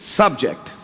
subject